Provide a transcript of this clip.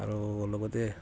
আৰু লগতে